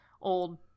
old